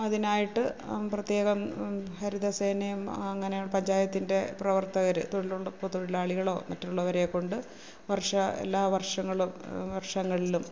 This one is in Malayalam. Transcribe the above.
അതിനായിട്ട് പ്രത്യേകം ഹരിതസേനയും അങ്ങനെ പഞ്ചായത്തിന്റെ പ്രവര്ത്തകർ തൊഴിലുറപ്പ് തൊഴിലാളികളോ മറ്റുള്ളവരെക്കൊണ്ട് വര്ഷാ എല്ലാ വര്ഷങ്ങളും വര്ഷങ്ങളിലും